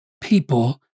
people